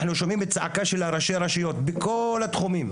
אנחנו שומעים את הצעקה של ראשי הרשויות בכל התחומים,